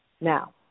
Now